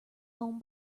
home